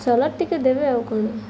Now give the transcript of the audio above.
salad ଟିକେ ଦେବେ ଆଉ କ'ଣ